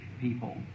people